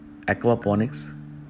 Aquaponics